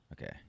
okay